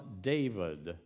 David